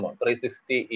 360